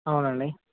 అవును అండి